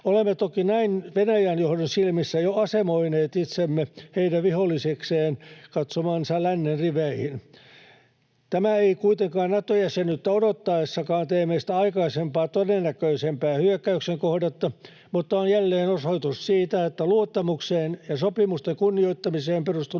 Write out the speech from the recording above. Olemme toki näin Venäjän johdon silmissä jo asemoineet itsemme heidän vihollisekseen katsomansa lännen riveihin. Tämä ei kuitenkaan Nato-jäsenyyttä odottaessakaan tee meistä aikaisempaa todennäköisempää hyökkäyksen kohdetta mutta on jälleen osoitus siitä, että luottamukseen ja sopimusten kunnioittamiseen perustunut